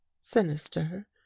sinister